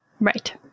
Right